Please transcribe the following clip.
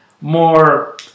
more